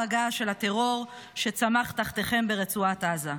הגעש של הטרור שצמח תחתיכם ברצועת עזה.